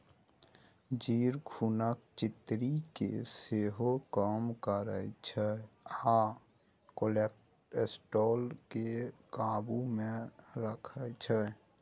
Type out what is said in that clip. जीर खुनक चिन्नी केँ सेहो कम करय छै आ कोलेस्ट्रॉल केँ काबु मे राखै छै